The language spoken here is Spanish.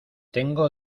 tengo